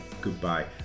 goodbye